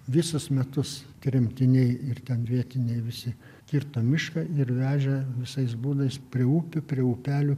visus metus tremtiniai ir ten vietiniai visi kirto mišką ir vežė visais būdais prie upių prie upelių